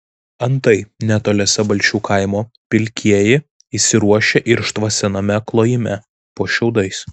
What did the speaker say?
antai netoliese balčių kaimo pilkieji įsiruošę irštvą sename klojime po šiaudais